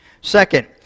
Second